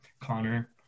Connor